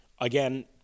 again